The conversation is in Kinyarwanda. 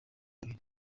kabiri